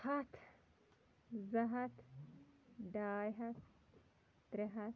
ہَتھ زٕ ہَتھ ڈاے ہَتھ ترٛےٚ ہَتھ